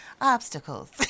Obstacles